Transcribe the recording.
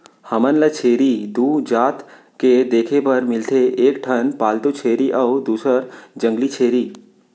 हमन ल छेरी दू जात के देखे बर मिलथे एक ठन पालतू छेरी अउ दूसर जंगली छेरी